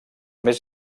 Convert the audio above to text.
més